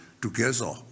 together